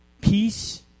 peace